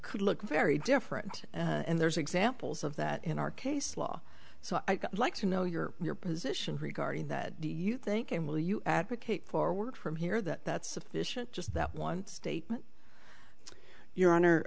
could look very different and there's examples of that in our case law so i'd like to know your your position regarding that do you think and will you advocate forward from here that that's sufficient just that one statement your honor